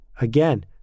Again